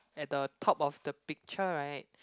at the top of the picture right